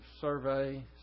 survey